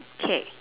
okay